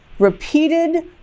repeated